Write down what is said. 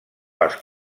les